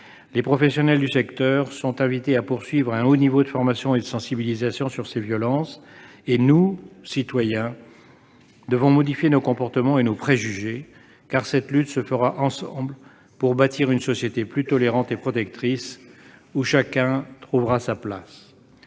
Les professionnels du secteur sont invités à avoir un haut niveau de formation et de sensibilisation sur ces violences. Enfin, nous, citoyens, devons modifier nos comportements et nos préjugés, car nous mènerons cette lutte ensemble pour bâtir une société plus tolérante et plus protectrice, où chacun trouvera sa place.